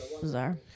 Bizarre